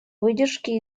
выдержки